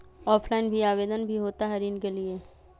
Offline भी आवेदन भी होता है ऋण के लिए?